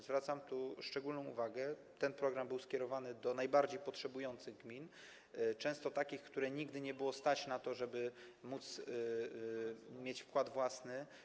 Zwracam tu szczególną uwagę na to, że ten program był skierowany do najbardziej potrzebujących gmin, często takich, których nigdy nie było stać na to, żeby móc mieć wkład własny.